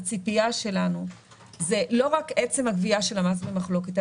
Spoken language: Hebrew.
הציפייה שלנו זה לא רק עצם הגבייה של המס המחלוקת,